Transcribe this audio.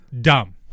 dumb